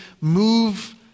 move